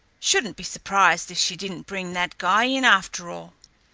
shouldn't be surprised if she didn't bring that guy in, after all.